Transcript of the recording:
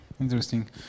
interesting